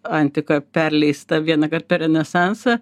antika perleista vienąkart per renesansą